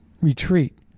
retreat